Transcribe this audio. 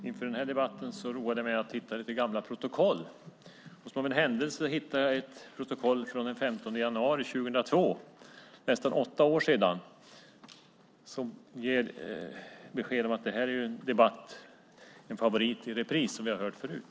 Herr talman! Inför den här debatten roade jag mig med att titta lite i gamla protokoll. Av en händelse hittade jag ett protokoll från den 15 januari 2002, för nästan åtta år sedan, som ger besked om att vi har hört denna debatt förut. Det är en favorit i repris.